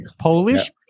Polish